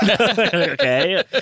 Okay